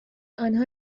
انها